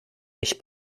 mich